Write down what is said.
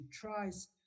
tries